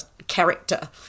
Character